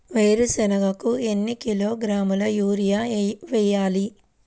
వేరుశనగకు ఎన్ని కిలోగ్రాముల యూరియా వేయాలి?